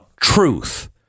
truth